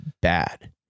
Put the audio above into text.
bad